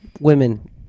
women